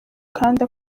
kandi